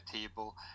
table